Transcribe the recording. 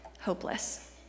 hopeless